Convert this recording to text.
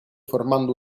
formando